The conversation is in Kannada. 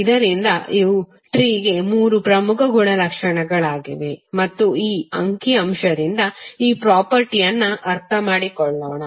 ಆದ್ದರಿಂದ ಇವು ಟ್ರೀ ಮೂರು ಪ್ರಮುಖ ಗುಣಲಕ್ಷಣಗಳಾಗಿವೆ ಮತ್ತು ಈ ಅಂಕಿ ಅಂಶದಿಂದ ಈ ಪ್ರಾಪರ್ಟಿಯನ್ನು ಅರ್ಥಮಾಡಿಕೊಳ್ಳೋಣ